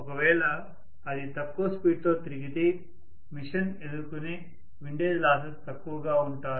ఒకవేళ అది తక్కువ స్పీడ్ తో తిరిగితే మిషన్ ఎదుర్కొనే విండేజ్ లాసెస్ తక్కువగా ఉంటాయి